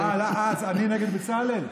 אה, אני נגד בצלאל?